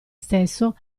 stesso